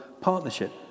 partnership